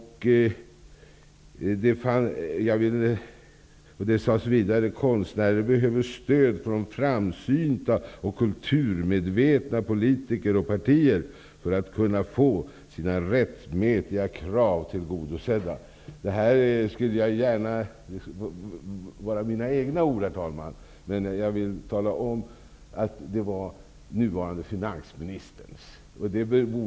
Det sades vidare att konstnärer behöver stöd från framsynta och kulturmedvetna politiker och partier för att kunna få sina rättmätiga krav tillgodoseda. Jag hade gärna sett att detta hade varit mina egna ord, herr talman. Men det var nuvarande finansministerns ord.